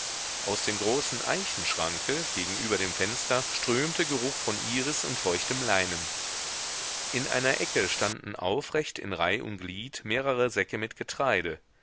aus dem großen eichenschranke gegenüber dem fenster strömte geruch von iris und feuchtem leinen in einer ecke standen aufrecht in reih und glied mehrere säcke mit getreide